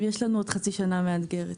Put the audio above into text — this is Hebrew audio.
יש לנו עוד חצי שנה מאתגרת.